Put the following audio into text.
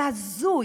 זה הזוי.